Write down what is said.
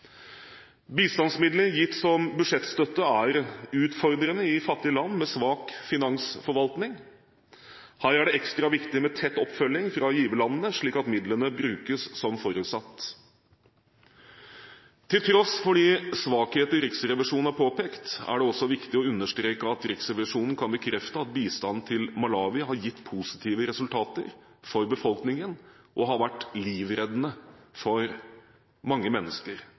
Bistandsmidler gitt som budsjettstøtte er utfordrende i fattige land med svak finansforvaltning. Her er det ekstra viktig med tett oppfølging fra giverlandene, slik at midlene brukes som forutsatt. Til tross for de svakheter Riksrevisjonen har påpekt, er det også viktig å understreke at Riksrevisjonen kan bekrefte at bistand til Malawi har gitt positive resultater for befolkningen og har vært livreddende for mange mennesker.